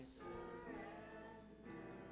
surrender